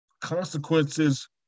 consequences